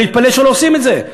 אני מתפלא שלא עושים את זה.